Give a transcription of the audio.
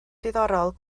diddorol